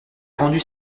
rendu